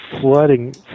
flooding